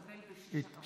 נתקבל.